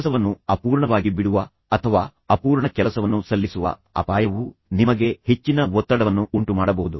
ಕೆಲಸವನ್ನು ಅಪೂರ್ಣವಾಗಿ ಬಿಡುವ ಅಥವಾ ಅಪೂರ್ಣ ಕೆಲಸವನ್ನು ಸಲ್ಲಿಸುವ ಅಪಾಯವು ನಿಮಗೆ ಹೆಚ್ಚಿನ ಒತ್ತಡವನ್ನು ಉಂಟುಮಾಡಬಹುದು